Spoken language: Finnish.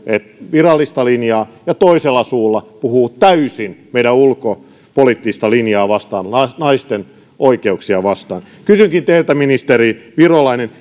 virallista linjaa ja toisella suulla puhuu täysin meidän ulkopoliittista linjaa vastaan naisten oikeuksia vastaan kysynkin teiltä ministeri virolainen